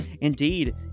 Indeed